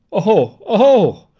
oh, oh!